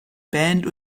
band